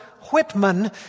Whitman